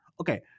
Okay